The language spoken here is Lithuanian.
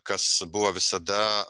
kas buvo visada